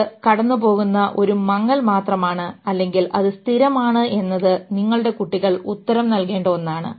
ഇത് കടന്നുപോകുന്ന ഒരു മങ്ങൽ മാത്രമാണ് അല്ലെങ്കിൽ അത് സ്ഥിരമാണ് എന്നത് നിങ്ങളുടെ കുട്ടികൾ ഉത്തരം നൽകേണ്ട ഒന്നാണ്